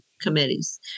committees